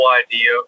idea